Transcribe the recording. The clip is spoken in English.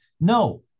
No